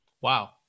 wow